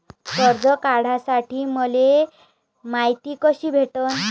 कर्ज काढासाठी मले मायती कशी भेटन?